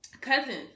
cousins